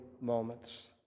moments